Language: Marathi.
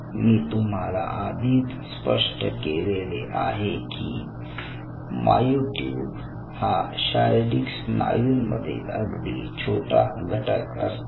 मी तुम्हाला आधीच स्पष्ट केलेले आहे कि मायोयुट्युब हा शारीरिक स्नायूंमध्ये अगदी छोटा घटक असतो